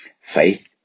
Faith